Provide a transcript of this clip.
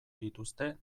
dituzte